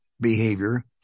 behavior